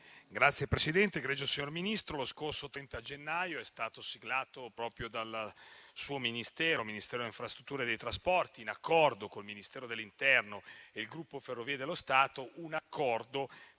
*(LSP-PSd'Az)*. Signor Ministro, lo scorso 30 gennaio è stato siglato dal suo Ministero, il Ministero delle infrastrutture e dei trasporti, in accordo con il Ministero dell'interno e il gruppo Ferrovie dello Stato, un accordo